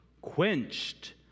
quenched